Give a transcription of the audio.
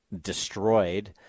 destroyed